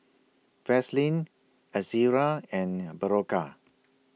Vaselin Ezerra and Berocca